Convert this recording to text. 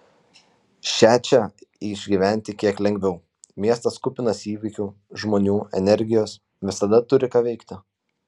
šią čia išgyventi kiek lengviau miestas kupinas įvykių žmonių energijos visada turi ką veikti